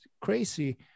crazy